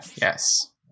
Yes